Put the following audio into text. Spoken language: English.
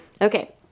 Okay